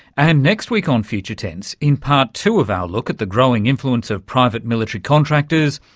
and next week on future tense in part two of our look at the growing influence of private military contractors,